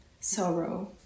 sorrow